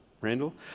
Randall